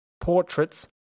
Portraits